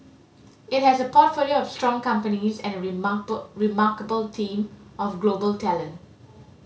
it has a portfolio of strong companies and a remarkable team of global talent